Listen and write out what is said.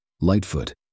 Lightfoot